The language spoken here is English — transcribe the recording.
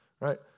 right